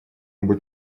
быть